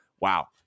Wow